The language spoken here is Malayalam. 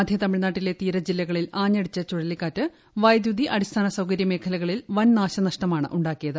മധ്യ തമിഴ്നാട്ടിലെ തീര ജില്ലകളിൽ ആഞ്ഞടിച്ച ചുഴലിക്കാറ്റ് വൈദ്യുതി അടിസ്ഥാന സൌകര്യം എന്നീ മേഖലകളിൽ വൻനാശനഷ്ടമാണ് ഉണ്ടാക്കിയത്